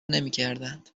نمیکردند